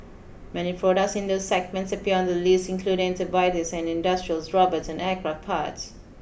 many products in those segments appear on the list including antibiotics and industrials robots and aircraft parts